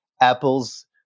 Apple's